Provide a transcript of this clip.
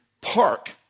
park